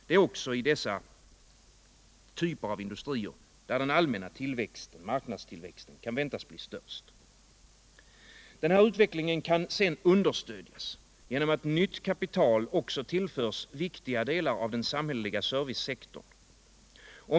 Det är också i dessa typer av industrier som den allmänna tillväxten kan väntas bli störst. Denna utveckling kan understödjas genom att nytt kapital också tillförs viktiga delar av den samhälleliga servicesektorn.